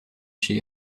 she